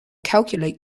calculate